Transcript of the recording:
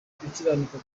gukiranuka